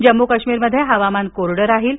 जमू काश्मीरमध्ये हवामान कोरडं राहील